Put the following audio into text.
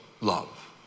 love